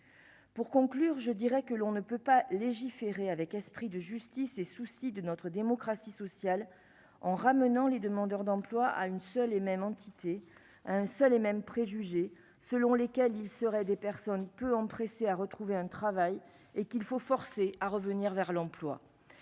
Pour conclure, je dirais que l'on ne peut pas légiférer avec esprit de justice et souci de notre démocratie sociale en ramenant les demandeurs d'emploi à une seule et même entité, un seul et même préjugés selon lesquels il serait des personnes peu empressés à retrouver un travail et qu'il faut forcer à revenir vers l'emploi,